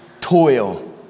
toil